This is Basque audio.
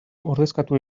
ordezkatu